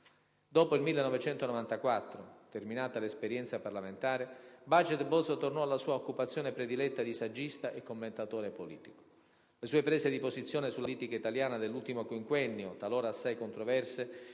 Dopo il 1994, terminata l'esperienza parlamentare, Baget Bozzo tornò alla sua occupazione prediletta di saggista e commentatore politico. Le sue prese di posizione sulla politica italiana dell'ultimo quindicennio, talora assai controverse,